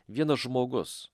vienas žmogus